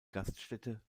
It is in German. gaststätte